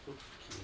okay